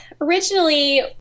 originally